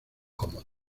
como